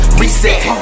reset